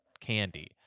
candy